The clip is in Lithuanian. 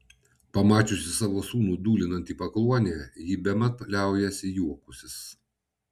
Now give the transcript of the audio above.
pamačiusi savo sūnų dūlinant į pakluonę ji bemat liaujasi juokusis